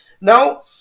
Now